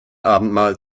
abendmahl